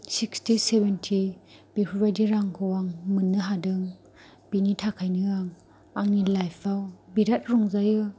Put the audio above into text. sixty seventy बेफोरबायदि रांखौ आं मोननो हादों बिनि थाखायनो आं आंनि लाइफआव बिराद रंजायो